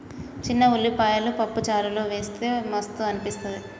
చిన్న ఉల్లిపాయలు పప్పు చారులో వేస్తె మస్తు అనిపిస్తది